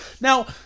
Now